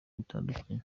bitandukanye